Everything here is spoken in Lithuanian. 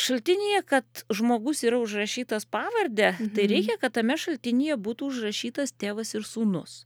šaltinyje kad žmogus yra užrašytas pavarde tai reikia kad tame šaltinyje būtų užrašytas tėvas ir sūnus